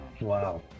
Wow